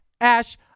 Ash